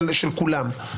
של כולם.